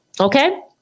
Okay